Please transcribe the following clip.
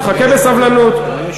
אל תבלבל את המוח.